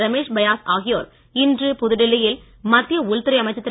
ரமேஷ் பயஸ் ஆகியோர் இன்று புதுடில்லியில் மத்திய உள்துறை அமைச்சர் திரு